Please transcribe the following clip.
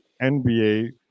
NBA